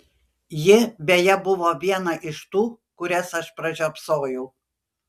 ji beje buvo viena iš tų kurias aš pražiopsojau